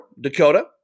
Dakota